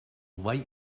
light